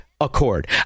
Accord